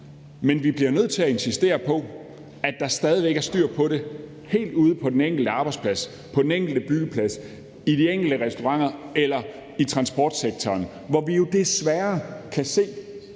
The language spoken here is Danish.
men vi bliver nødt til at insistere på, at der stadig væk er styr på det helt ude på den enkelte arbejdsplads, på den enkelte byggeplads, i de enkelte restauranter eller i transportsektoren, hvor vi jo desværre kan se,